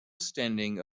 standing